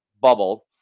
bubble